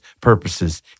purposes